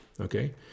okay